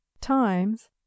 times